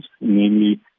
namely